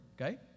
okay